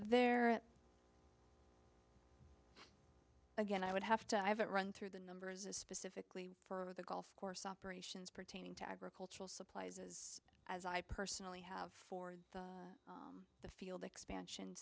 there again i would have to have it run through the numbers is specifically for the golf course operations pertaining to agricultural supplies as i personally have the field expansion